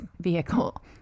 vehicle